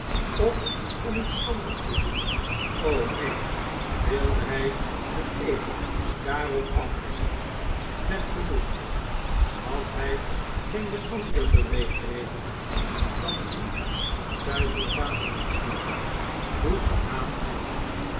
of om iets anders te doen neen wilde hy een eed daarop afleggen met genoegen had hy geene andere beweegredenen dan die van zuivere vaderlandsliefde hoegenaamd niet